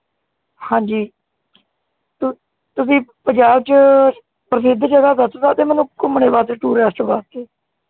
ਹਾਂਜੀ ਤੁ ਤੁਸੀਂ ਪੰਜਾਬ 'ਚ ਪ੍ਰਸਿੱਧ ਜਗ੍ਹਾ ਦੱਸ ਸਕਦੇ ਮੈਨੂੰ ਘੁੰਮਣ ਵਾਸਤੇ ਟੁਰੇਸਟ ਵਾਸਤੇ